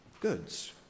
goods